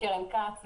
אני קרן כץ,